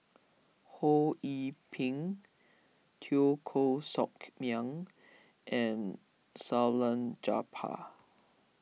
Ho Yee Ping Teo Koh Sock Miang and Salleh Japar